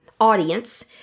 audience